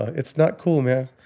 it's not cool, man.